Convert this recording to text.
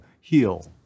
heal